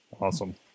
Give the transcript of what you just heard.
Awesome